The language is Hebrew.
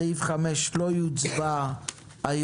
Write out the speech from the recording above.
סעיף 5 לא יוצבע היום.